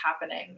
happening